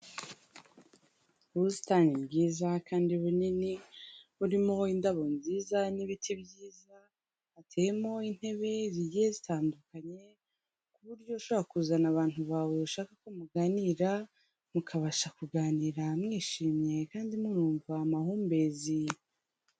Ubusitani bwiza kandi bunini burimo indabo nziza n'ibiti byiza, hateyemo intebe zigiye zitandukanye ku buryo ushaka kuzana abantu bawe ushaka ko muganira, mukabasha kuganira mwishimye kandi murumva amahumbezi.